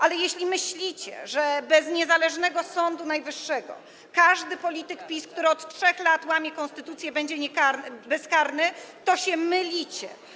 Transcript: Ale jeśli myślicie, że bez niezależnego Sądu Najwyższego każdy polityk PiS, który od 3 lat łamie konstytucję, będzie bezkarny, to się mylicie.